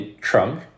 trunk